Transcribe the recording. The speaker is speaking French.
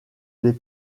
des